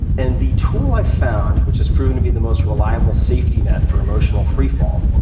and the tool i've found which has proven to be the most reliable safety net for emotional free fall